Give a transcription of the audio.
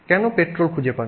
কেন পেট্রল খুঁজে পান